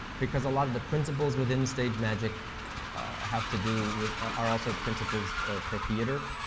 because of lot of the principles within stage magic have to do with are also principles for theater,